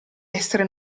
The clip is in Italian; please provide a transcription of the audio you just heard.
essere